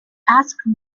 asked